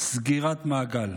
סגירת מעגל,